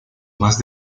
más